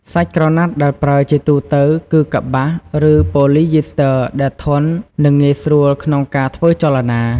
សាច់ក្រណាត់ដែលប្រើជាទូទៅគឺ កប្បាស ឬ ប៉ូលីយីស្ទ័រ ដែលធន់ និងងាយស្រួលក្នុងការធ្វើចលនា។